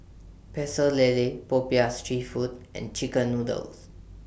Pecel Lele Popiah Street Food and Chicken Noodles